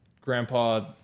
grandpa